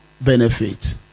benefit